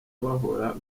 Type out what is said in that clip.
bahora